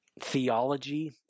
theology